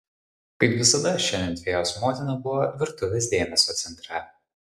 kaip visada šiandien fėjos motina buvo virtuvės dėmesio centre